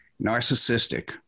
narcissistic